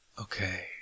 Okay